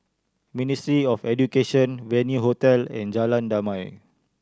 Ministry of Education Venue Hotel and Jalan Damai